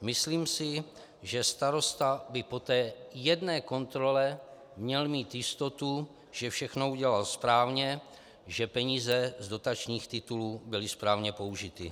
Myslím si, že starosta by po té jedné kontrole měl mít jistotu, že všechno udělal správně, že peníze z dotačních titulů byly správně použity.